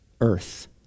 earth